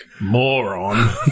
moron